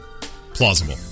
Plausible